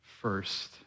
first